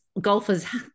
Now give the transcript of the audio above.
golfers